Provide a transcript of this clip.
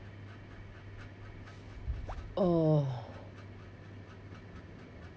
oh